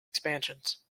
expansions